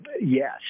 yes